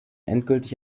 endgültig